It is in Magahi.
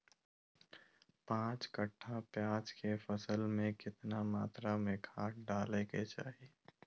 पांच कट्ठा प्याज के फसल में कितना मात्रा में खाद डाले के चाही?